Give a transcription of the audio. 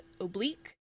oblique